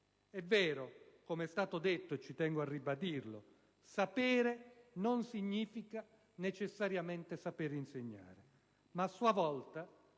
È vero - come è stato detto, e ci tengo a ribadirlo - che sapere non significa necessariamente saper insegnare. Ma, a sua volta,